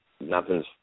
nothing's